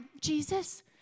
Jesus